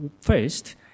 first